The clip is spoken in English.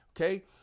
Okay